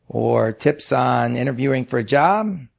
or tips on interviewing for a job,